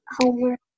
homework